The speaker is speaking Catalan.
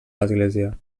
l’església